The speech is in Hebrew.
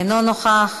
אינו נוכח,